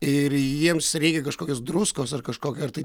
ir jiems reikia kažkokios druskos ar kažkokio ar tai